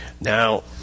Now